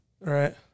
right